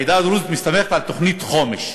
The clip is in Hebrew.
העדה הדרוזית מסתמכת על תוכנית חומש,